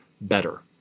better